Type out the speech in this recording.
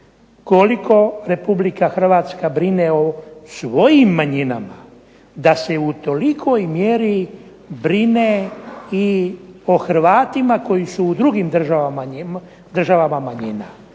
koliko RH brine o svojim manjinama da se u tolikoj mjeri brine i o Hrvatima koji su u drugim državama manjina.